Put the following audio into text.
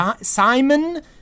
Simon